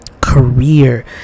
career